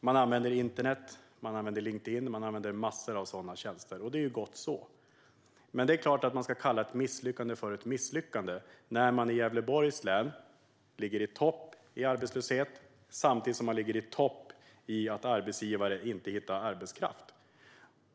Man använder internet, Linkedin och olika tjänster. Det är gott så. Men det är klart att man ska kalla ett misslyckande för ett misslyckande. I Gävleborgs län ligger man i topp vad gäller arbetslöshet samtidigt som man ligger i topp när det gäller att arbetsgivare inte hittar arbetskraft.